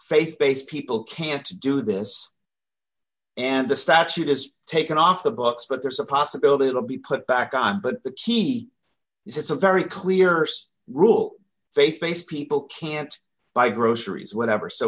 faith based people can't do this and the statute is taken off the books but there's a possibility it will be put back on but the key is it's a very clear rule faith based people can't buy groceries whatever so